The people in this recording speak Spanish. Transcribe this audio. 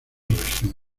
región